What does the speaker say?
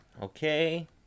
okay